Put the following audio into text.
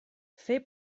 fer